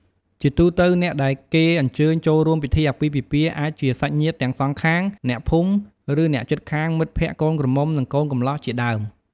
ជាទូទៅ អ្នកដែលគេអញ្ជើញចូលរួមពិធីអាពាហ៍ពិពាហ៍អាចជា សាច់ញាតិទាំងសងខាង អ្នកភូមិ ឬ អ្នកជិតខាង មិត្តភក្តិកូនក្រមុំ និងកូនកម្លោះជាដើម។